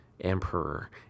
emperor